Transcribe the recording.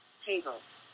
tables